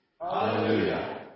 Hallelujah